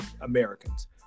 Americans